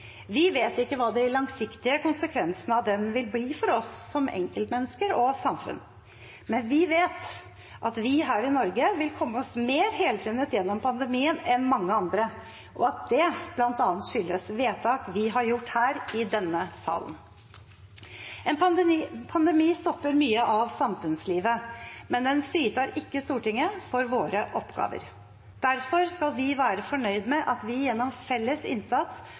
Vi vet ikke hva de langsiktige konsekvensene av den vil bli for oss som enkeltmennesker og samfunn, men vi vet at vi her i Norge vil komme oss mer helskinnet gjennom pandemien enn mange andre, og at det bl.a. skyldes vedtak vi har gjort her i denne salen. En pandemi stopper mye av samfunnslivet, men den fritar ikke Stortinget for våre oppgaver. Derfor skal vi være fornøyd med at vi gjennom felles innsats